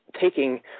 taking